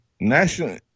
National